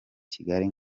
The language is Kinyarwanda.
kigali